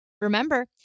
remember